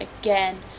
again